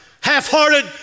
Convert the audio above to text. Half-hearted